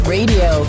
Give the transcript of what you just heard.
Radio